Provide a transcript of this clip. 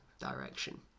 direction